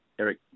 Eric